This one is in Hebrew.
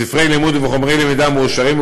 בספרי לימוד ובחומרי למידה מאושרים,